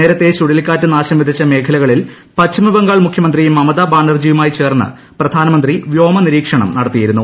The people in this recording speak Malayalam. നേരത്തെ ചുഴലിക്കാറ്റ് നാശം വിതച്ച മേഖ്ല്കളിൽ പശ്ചിമബംഗാൾ മുഖ്യമന്ത്രി മമത ബാനർജ്ജി ്യുമായി ചേർന്ന് പ്രധാനമന്ത്രി വ്യോമനിരീക്ഷണം ന്ടുത്തിയിരുന്നു